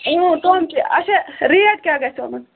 کم کیٛاہ اَچھا ریٹ کیٛاہ گژھِ یِمَن